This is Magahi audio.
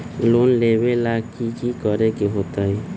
लोन लेबे ला की कि करे के होतई?